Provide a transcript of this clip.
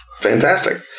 Fantastic